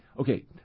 okay